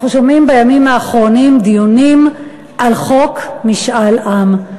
אנחנו שומעים בימים האחרונים דיונים על חוק משאל עם.